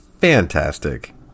fantastic